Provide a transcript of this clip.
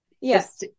Yes